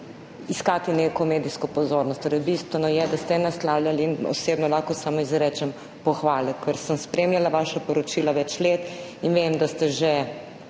iskati neke medijske pozornosti. Bistveno je, da ste naslavljali, in osebno lahko samo izrečem pohvale, ker sem spremljala vaša poročila več let in vem, da ste že